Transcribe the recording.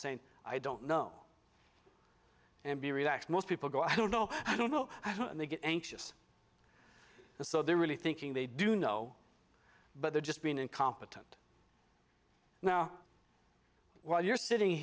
saying i don't know and be relaxed most people go i don't know i don't know i don't and they get anxious and so they're really thinking they do know but they're just being incompetent now while you're sitting